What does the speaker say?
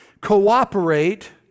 cooperate